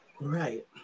right